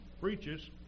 preaches